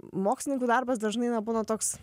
mokslininkų darbas dažnai na būna toks